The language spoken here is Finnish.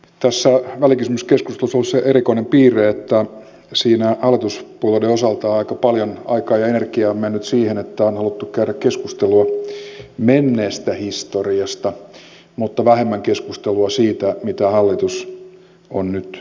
tässä välikysymyskeskustelussa on ollut se erikoinen piirre että siinä hallituspuolueiden osalta on aika paljon aikaa ja energiaa mennyt siihen että on haluttu käydä keskustelua menneestä historiasta mutta vähemmän on ollut keskustelua siitä mitä hallitus on nyt tekemässä